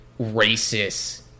racist